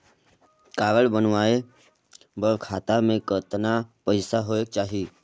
Card बनवाय बर खाता मे कतना पईसा होएक चाही?